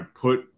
put